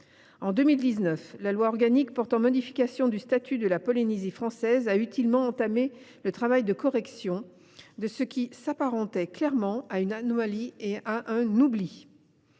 En 2019, la loi organique portant modification du statut d’autonomie de la Polynésie française a utilement entamé le travail de correction de ce qui s’apparentait clairement à une anomalie et à un oubli.